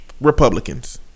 Republicans